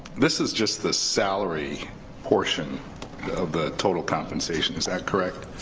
this is just the salary portion of the total compensation, is that correct?